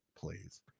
Please